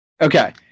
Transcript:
Okay